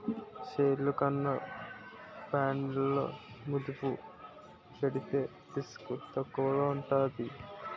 షేర్లు కన్నా బాండ్లలో మదుపు పెడితే రిస్క్ తక్కువగా ఉంటాది